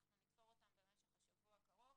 אנחנו נתפור אותם במשך השבוע הקרוב.